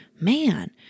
man-